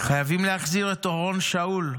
חייבים להחזיר את אורון שאול,